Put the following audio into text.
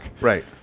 Right